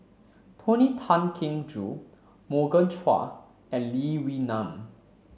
Tony Tan Keng Joo Morgan Chua and Lee Wee Nam